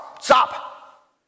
stop